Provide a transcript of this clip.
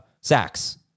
sacks